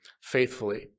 faithfully